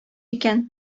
икән